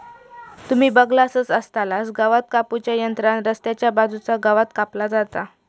तुम्ही बगलासच आसतलास गवात कापू च्या यंत्रान रस्त्याच्या बाजूचा गवात कापला जाता